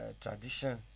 tradition